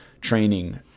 training